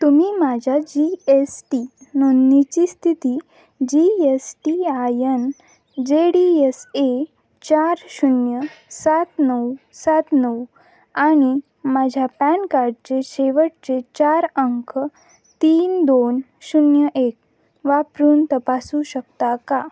तुम्ही माझ्या G S T नोंदणीची स्थिती G S T I N J D S A चार शून्य सात नऊ सात नऊ आणि माझ्या पॅन कार्डचे शेवटचे चार अंक तीन दोन शून्य एक वापरून तपासू शकता का